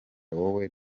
wowe